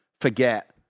forget